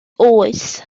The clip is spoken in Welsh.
oes